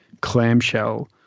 Clamshell